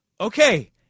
Okay